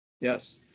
Yes